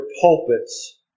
pulpits